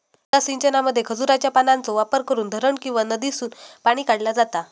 मुद्दा सिंचनामध्ये खजुराच्या पानांचो वापर करून धरण किंवा नदीसून पाणी काढला जाता